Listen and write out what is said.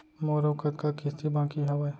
मोर अऊ कतका किसती बाकी हवय?